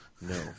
No